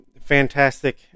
fantastic